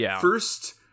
First